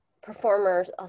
performers